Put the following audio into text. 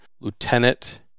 Lieutenant